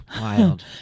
wild